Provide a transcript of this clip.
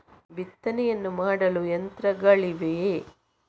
ಬಿತ್ತನೆಯನ್ನು ಮಾಡಲು ಯಂತ್ರಗಳಿವೆಯೇ?